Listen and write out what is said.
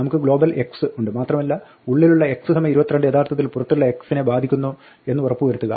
നമുക്ക് global x ഉണ്ട് മാത്രമല്ല ഉള്ളിലുള്ള x 22 യഥാർത്ഥത്തിൽ പുറത്തുള്ള x നെ ബാധിക്കുന്നു എന്ന് ഉറപ്പ് വരുത്തുക